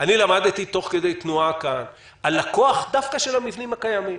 אני למדתי תוך כדי תנועה כאן על הכוח דווקא של המבנים הקיימים: